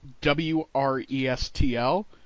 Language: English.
W-R-E-S-T-L